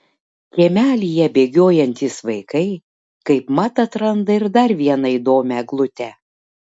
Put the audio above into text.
kiemelyje bėgiojantys vaikai kaip mat atranda ir dar vieną įdomią eglutę